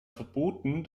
verboten